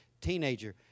teenager